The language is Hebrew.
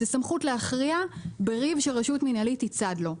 סמכות להכריע בריב שרשות מנהלית היא צד לו.